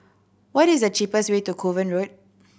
what is the cheapest way to Kovan Road